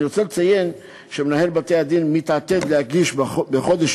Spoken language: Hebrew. אני רוצה לציין שמנהל בתי-הדין מתעתד להגיש בחודש